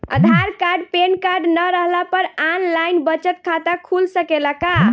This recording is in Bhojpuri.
आधार कार्ड पेनकार्ड न रहला पर आन लाइन बचत खाता खुल सकेला का?